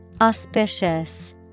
Auspicious